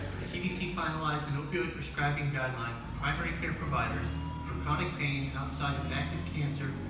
the cdc finalized an opioid prescribing guideline for primary care providers for chronic pain outside of active cancer,